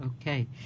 Okay